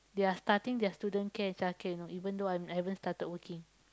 they are starting their student care childcare you know even though I I haven't started working